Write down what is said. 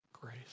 grace